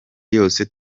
yose